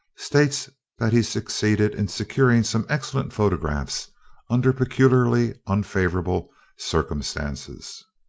states that he succeeded in securing some excellent photographs under peculiarly unfavorable circumstances.